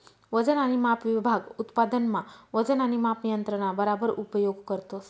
वजन आणि माप विभाग उत्पादन मा वजन आणि माप यंत्रणा बराबर उपयोग करतस